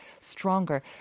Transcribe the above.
stronger